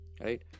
Right